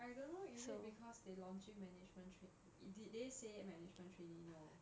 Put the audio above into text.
I don't know is it because they launching management train did they say management trainee no